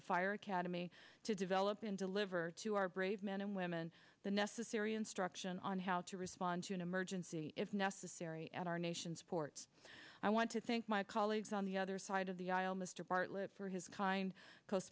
the fire academy to develop and deliver to our brave men and women the necessary instruction on how to respond to an emergency if necessary at our nation's ports i want to thank my colleagues on the other side of the aisle mr bartlett for his kind